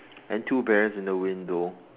and two bears in the window